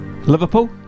Liverpool